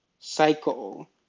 cycle